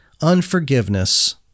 unforgiveness